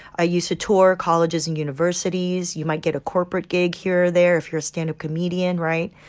i used to tour colleges and universities. you might get a corporate gig here or there if you're a stand-up comedian, right?